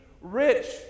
rich